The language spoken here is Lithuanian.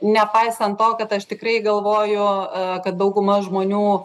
nepaisant to kad aš tikrai galvoju kad dauguma žmonių